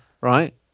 right